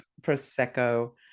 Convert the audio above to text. Prosecco